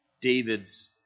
David's